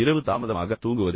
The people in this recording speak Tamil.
இரவு தாமதமாகத் தூங்குவது